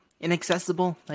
Inaccessible